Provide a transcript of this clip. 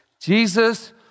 Jesus